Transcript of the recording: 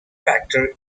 factor